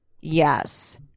Yes